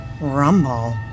Rumble